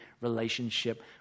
relationship